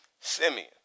Simeon